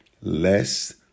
less